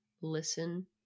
listen